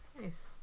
Nice